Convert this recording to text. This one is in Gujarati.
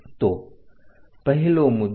તો પહેલો મુદ્દો